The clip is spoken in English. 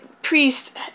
Priest